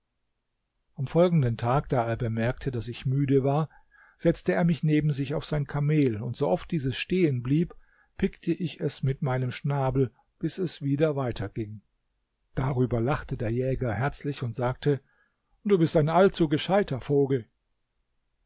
am folgenden tag da er bemerkte daß ich müde war setzte er mich neben sich auf sein kamel und sooft dieses stehenblieb pickte ich es mit meinem schnabel bis es wieder weiter ging darüber lachte der jäger herzlich und sagte du bist ein allzu gescheiter vogel